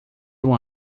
uma